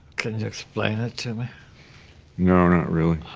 can you explain it to me? no, not really.